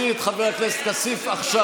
אני קורא אותך לסדר בפעם השלישית.